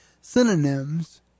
synonyms